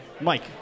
Mike